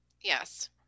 Yes